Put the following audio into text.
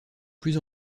plus